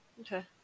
Okay